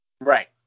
Right